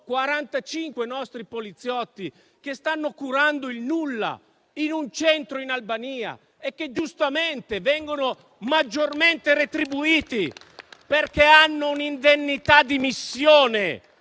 45 nostri poliziotti che stanno curando il nulla in un centro in Albania e che giustamente vengono maggiormente retribuiti, perché hanno un'indennità di missione